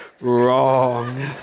wrong